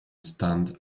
stand